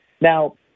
Now